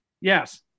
Yes